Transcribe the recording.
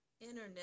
internet